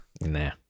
Nah